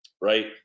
right